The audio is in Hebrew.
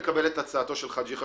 מקבל את הצעתו של חאג' יחיא,